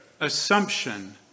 assumption